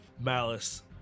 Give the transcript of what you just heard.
Malice